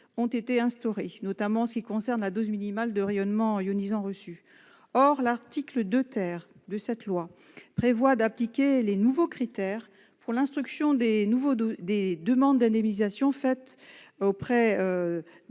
ont été instaurés, notamment en ce qui concerne la dose minimale de rayonnements ionisants reçus. Or l'article 2 du présent projet de loi prévoit d'appliquer les nouveaux critères pour l'instruction des demandes d'indemnisation faites auprès